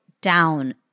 down